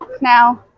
now